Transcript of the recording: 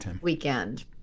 weekend